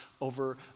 over